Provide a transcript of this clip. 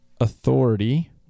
authority